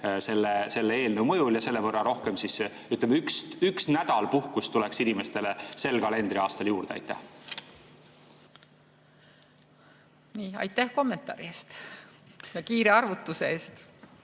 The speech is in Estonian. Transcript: selle eelnõu mõju. Aga selle võrra rohkem, ütleme, üks nädal puhkust tuleks inimestele sel kalendriaastal juurde. Aitäh kommentaari eest ja kiire arvutuse eest!